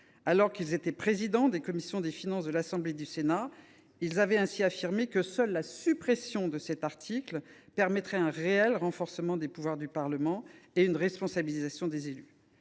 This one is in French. Alors qu’ils présidaient respectivement les commissions des finances du Sénat et de l’Assemblée nationale, ils avaient affirmé que seule la suppression de cet article permettrait un réel renforcement des pouvoirs du Parlement et une responsabilisation des élus.